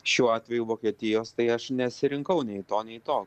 šiuo atveju vokietijos tai aš nesirinkau nei to nei to